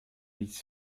mises